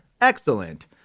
Excellent